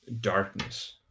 darkness